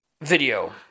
video